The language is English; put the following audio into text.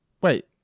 Wait